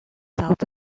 south